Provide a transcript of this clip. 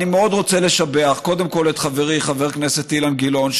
אני מאוד רוצה לשבח קודם כול את חברי חבר הכנסת אילן גילאון,